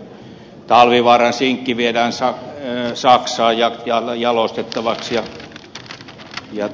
nyt sitten talvivaaran sinkki viedään saksaan jalostettavaksi ja